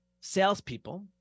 salespeople